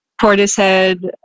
Portishead